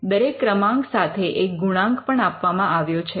દરેક ક્રમાંક સાથે એક ગુણાંક પણ આપવામાં આવ્યો છે